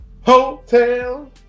Hotel